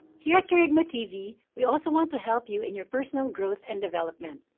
here at kerygma tv, we also want to help you in your personal growth and development.